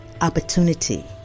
opportunity